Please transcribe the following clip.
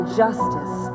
justice